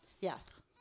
Yes